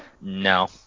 No